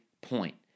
point